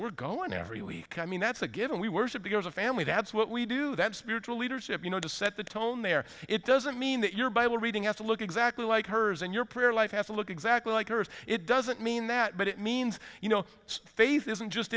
we're going every week i mean that's a given we worship because of family that's what we do that spiritual leadership you know to set the tone there it doesn't mean that your bible reading has to look exactly like hers and your prayer life has to look exactly like hers it doesn't mean that but it means you know faith isn't just